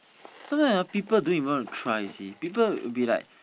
sometime ah people don't even want to try you see people be like